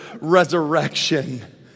resurrection